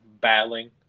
battling